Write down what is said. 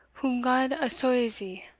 whom god assoilzie!